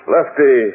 Lefty